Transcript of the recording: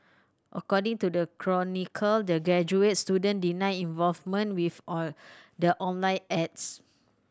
according to the Chronicle the graduate student denied involvement with the online ads